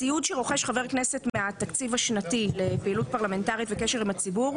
ציוד שרוכש חבר הכנסת מהתקציב השנתי לפעילות הפרלמנטרית וקשר עם הציבור,